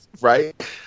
Right